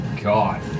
God